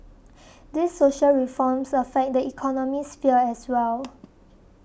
these social reforms affect the economic sphere as well